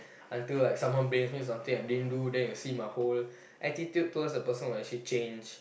until like someone blames me something I didn't do then you'll see my whole attitude towards the person will actually change